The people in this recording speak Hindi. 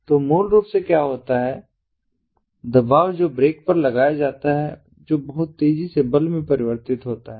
तो मूल रूप से क्या होता है दबाव जो ब्रेक पर लगाया जाता है जो बहुत तेजी से बल में परिवर्तित होता है